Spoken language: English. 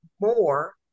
more